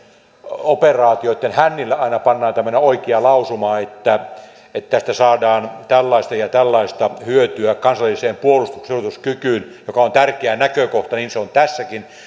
operaatioitten hännille aina pannaan tämmöinen oikea lausuma että että tästä saadaan tällaista ja tällaista hyötyä kansalliseen puolustuksen suorituskykyyn mikä on tärkeä näkökohta ja niin se on tässäkin